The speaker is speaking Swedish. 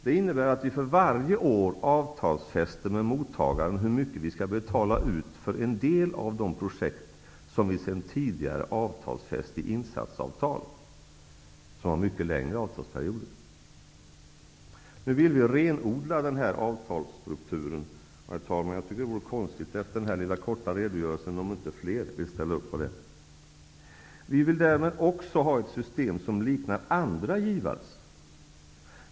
Det innebär att vi för varje år avtalsfäster med mottagaren hur mycket vi skall betala ut för en del av de projekt som vi sedan tidigare avtalsfäst i insatsavtal, som har mycket längre avtalsperioder. Nu vill vi renodla den här avtalsstukturen. Efter den här korta redogörelsen tycker jag att det vore konstigt om inte fler vill ställa upp på det, herr talman. Därmed vill vi också ha ett system som liknar andra givares.